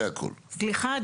סליחה,